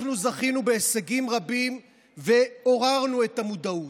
אנחנו זכינו בהישגים רבים ועוררנו את המודעות.